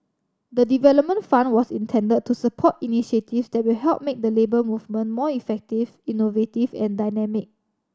the development fund was intended to support initiatives that will help make the Labour Movement more effective innovative and dynamic